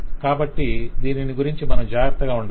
కాబట్టి దీనిని గురించి మనం జాగ్రత్తగా ఉండాలి